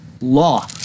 law